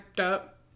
up